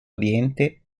oriente